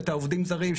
את העובדים זרים,